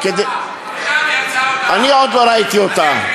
עכשיו יצאה הודעה, אני ראיתי אותה.